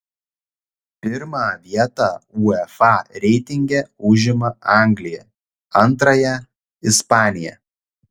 pirmą vietą uefa reitinge užima anglija antrąją ispanija